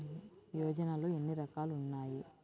యోజనలో ఏన్ని రకాలు ఉన్నాయి?